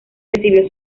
recibió